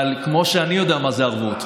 אבל כמו שאני יודע מה זה ערבות.